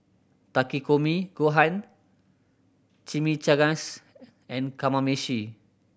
Takikomi Gohan Chimichangas and Kamameshi